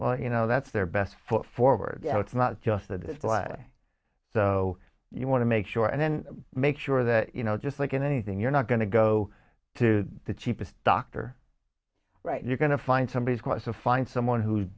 well you know that's their best foot forward you know it's not just that it's the law so you want to make sure and then make sure that you know just like in anything you're not going to go to the cheapest doctor right you're going to find somebody is going to find someone who